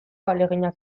ahaleginak